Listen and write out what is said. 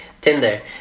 Tinder